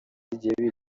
igihe